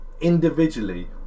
individually